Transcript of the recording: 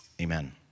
Amen